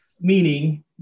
meaning